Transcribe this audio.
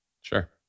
sure